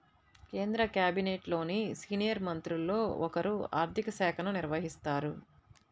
కేంద్ర క్యాబినెట్లోని సీనియర్ మంత్రుల్లో ఒకరు ఆర్ధిక శాఖను నిర్వహిస్తారు